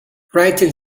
writing